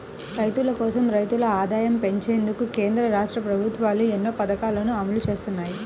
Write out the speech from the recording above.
రైతుల కోసం, రైతుల ఆదాయం పెంచేందుకు కేంద్ర, రాష్ట్ర ప్రభుత్వాలు ఎన్నో పథకాలను అమలు చేస్తున్నాయి